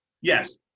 yes